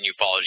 ufology